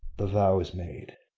the vow is made.